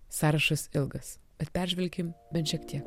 sąrašas ilgas bet peržvelkim bent šiek tiek